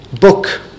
book